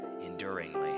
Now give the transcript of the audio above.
enduringly